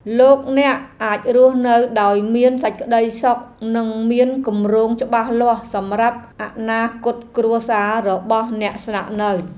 លោកអ្នកអាចរស់នៅដោយមានសេចក្ដីសុខនិងមានគម្រោងច្បាស់លាស់សម្រាប់អនាគតគ្រួសាររបស់អ្នកស្នាក់នៅ។